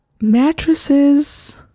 mattresses